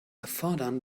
erfordern